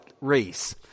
race